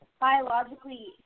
biologically